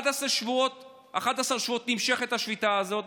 11 שבועות נמשכת השביתה הזאת,